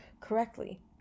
correctly